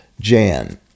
Jan